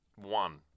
One